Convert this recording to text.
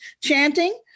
chanting